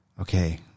okay